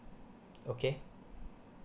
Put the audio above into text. okay